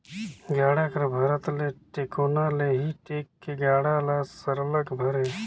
गाड़ा कर भरत ले टेकोना ले ही टेक के गाड़ा ल सरलग भरे